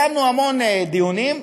קיימנו המון דיונים,